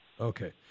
Okay